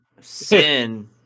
sin